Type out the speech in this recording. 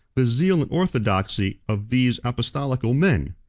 the zeal and orthodoxy of these apostolical men.